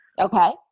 okay